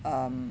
um